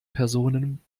personen